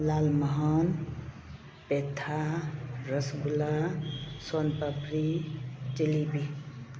ꯂꯥꯜ ꯃꯣꯍꯣꯟ ꯄꯦꯊꯥ ꯔꯁ ꯒꯨꯜꯂꯥ ꯁꯣꯟ ꯄꯥꯄ꯭ꯔꯤ ꯖꯤꯂꯤꯕꯤ